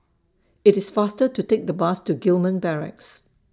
IT IS faster to Take The Bus to Gillman Barracks